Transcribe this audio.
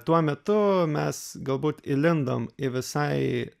tuo metu mes galbūt įlindom į visai